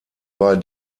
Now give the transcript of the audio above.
bei